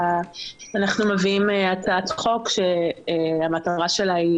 אנחנו מביאים הצעת חוק שהמטרה שלה היא